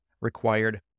required